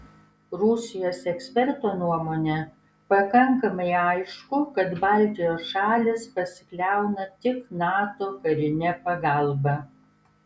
rusijos eksperto nuomone pakankamai aišku kad baltijos šalys pasikliauna tik nato karine pagalba